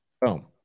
Boom